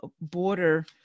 border